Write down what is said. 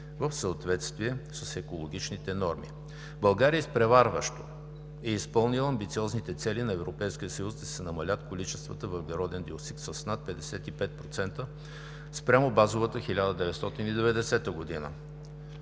в съответствие с екологичните норми. - България изпреварващо е изпълнила амбициозните цели на Европейския съюз да се намалят количествата въглероден диоксид с над 55% спрямо базовата 1990 г.